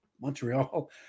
Montreal